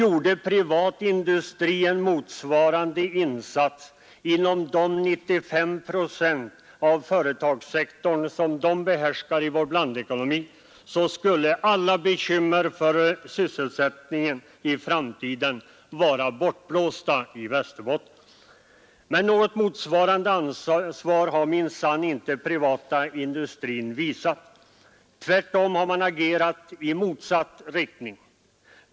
Om den privata industrin gjorde en motsvarande insats inom de 95 procent av företagssektorn som den behärskar i vår blandekonomi, så skulle alla bekymmer för sysselsättningen i framtiden vara bortblåsta i Västerbotten. Men något motsvarande ansvar har minsann inte den privata industrin visat. Tvärtom har man agerat i motsatt riktning.